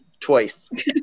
twice